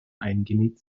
eingenäht